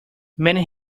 many